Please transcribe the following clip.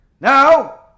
now